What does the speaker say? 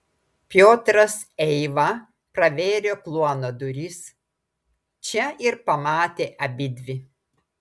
piotras eiva pravėrė kluono duris čia ir pamatė abidvi